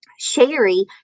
sherry